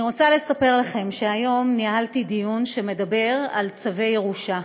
אני רוצה לספר לכם שהיום ניהלתי דיון שמדבר על צווי ירושה.